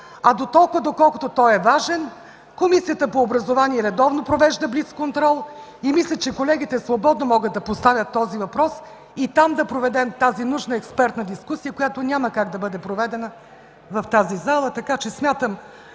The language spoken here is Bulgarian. а доколкото той е важен, Комисията по образование редовно провежда блицконтрол и мисля, че колегите свободно могат да поставят този въпрос и там да проведем тази нужна експертна дискусия, която няма как да бъде проведена в тази зала.